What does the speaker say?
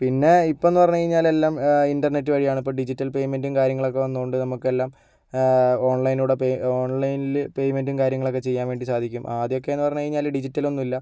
പിന്നെ ഇപ്പം എന്ന് പറഞ്ഞു കഴിഞ്ഞാൽ എല്ലാം ഇൻ്റർനെറ്റ് വഴിയാണ് ഇപ്പം ഡിജിറ്റൽ പേയ്മെൻ്റും കാര്യങ്ങളൊക്കെ വന്നതുകൊണ്ട് നമുക്കെല്ലാം ഓൺലൈനിലൂടെ പേയ് ഓൺലൈനിൽ പേയ്മെൻ്റും കാര്യങ്ങളൊക്കെ ചെയ്യാൻ വേണ്ടി സാധിക്കും ആദ്യമൊക്കെയെന്ന് പറഞ്ഞു കഴിഞ്ഞാൽ ഡിജിറ്റൽ ഒന്നുമില്ല